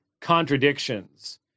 contradictions